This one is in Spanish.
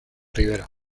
rivera